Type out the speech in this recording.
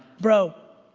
bro,